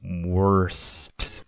worst